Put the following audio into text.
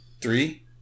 Three